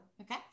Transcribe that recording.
okay